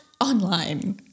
online